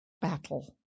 battle